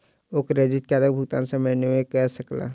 ओ credit कार्डक भुगतान समय पर नै कय सकला